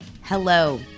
hello